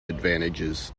advantages